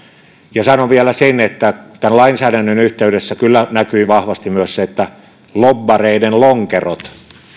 sanon vielä sen että tämän lainsäädännön yhteydessä kyllä näkyi vahvasti myös se että lobbareiden lonkerot